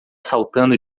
saltando